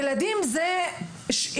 ילדים זה שאיבה,